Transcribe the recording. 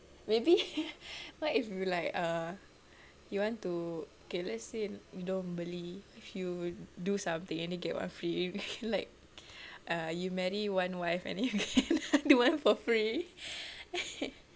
maybe what if you like uh you want to okay let's say you don't beli if you do something and then you get one free like uh you marry one wife and then you get another one for free